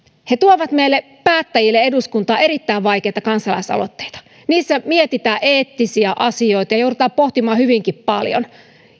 he tuovat meille päättäjille eduskuntaan erittäin vaikeita kansalaisaloitteita niissä mietitään eettisiä asioita ja joudutaan pohtimaan hyvinkin paljon